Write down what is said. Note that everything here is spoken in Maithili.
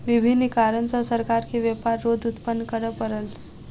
विभिन्न कारण सॅ सरकार के व्यापार रोध उत्पन्न करअ पड़ल